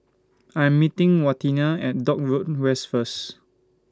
I'm meeting Waneta At Dock Road West First